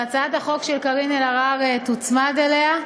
והצעת החוק של קארין אלהרר תוצמד אליה.